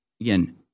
Again